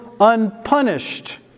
unpunished